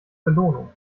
belohnung